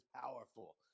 powerful